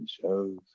shows